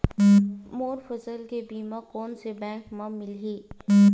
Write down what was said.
मोर फसल के बीमा कोन से बैंक म मिलही?